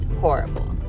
horrible